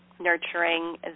nurturing